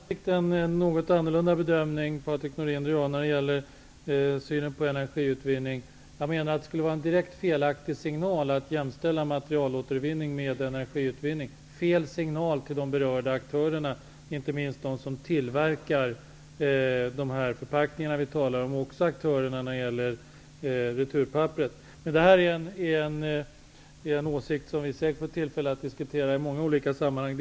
Herr talman! Patrik Norinder och jag gör sannolikt något olika bedömningar när det gäller synen på energiutvinning. Jag menar att det skulle vara en direkt felaktig signal att jämställa materialåtervinning med energiutvinning. Det skulle vara fel signal till de berörda aktörerna, inte minst de som tillverkar de förpackningar vi talar om och de aktörer som är inblandade när det gäller returpapper. Det är en åsikt som vi säkert får tillfälle att diskutera i många olika sammanhang.